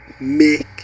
make